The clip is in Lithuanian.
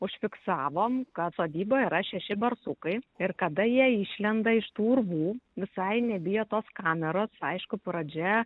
užfiksavom kad sodyboj yra šeši barsukai ir kada jie išlenda iš tų urvų visai nebijo tos kameros aišku pradžia